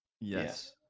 Yes